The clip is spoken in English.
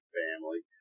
family